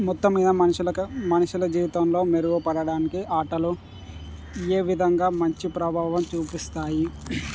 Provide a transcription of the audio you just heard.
మొత్తం ఇక మనుషులకు మనుషుల జీవితంలో మెరుగుపడడానికి ఆటలు ఏ విధంగా మంచి ప్రభావం చూపిస్తాయి